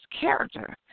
character